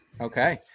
okay